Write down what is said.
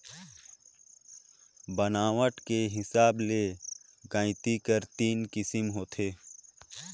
बनावट कर हिसाब ले गइती कर तीन किसिम होथे